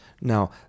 now